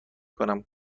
کنم